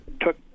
took